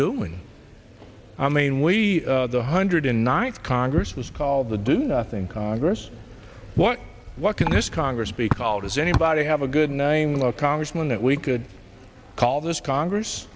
doing i mean we the hundred ninth congress was called the do nothing congress what what can this congress be called is anybody have a good name low congressman that we could call this congress